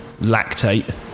lactate